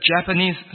Japanese